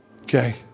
Okay